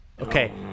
Okay